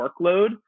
workload